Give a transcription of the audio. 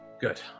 Good